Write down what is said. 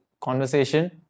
conversation